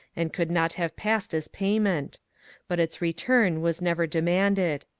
and could not have passed as payment but its return was never demanded.